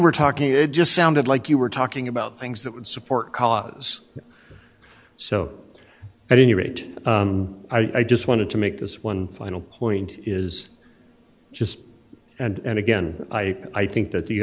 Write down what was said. were talking it just sounded like you were talking about things that would support cars so at any rate i just wanted to make this one final point is just and again i i think that the